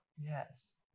yes